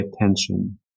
attention